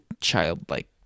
childlike